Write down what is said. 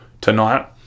tonight